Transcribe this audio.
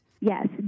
Yes